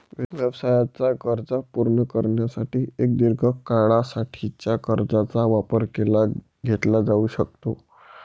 व्यवसायाच्या गरजा पूर्ण करण्यासाठी एक दीर्घ काळा साठीच्या कर्जाचा वापर केला घेतला जाऊ शकतो